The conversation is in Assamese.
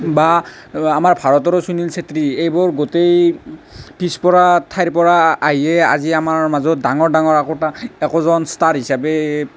বা আমাৰ ভাৰতৰো সুনীল ছেত্ৰী এইবোৰ গোটেই পিছ পৰা ঠাইৰ পৰা আহিয়ে আজি আমাৰ মাজত ডাঙৰ ডাঙৰ একোটা একোজন ষ্টাৰ হিচাপে